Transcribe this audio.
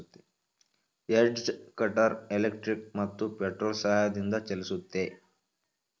edge cutter electric ಮತ್ತು petrol ಸಹಾಯದಿಂದ ಚಲಿಸುತ್ತೆ